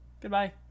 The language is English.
Goodbye